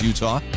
Utah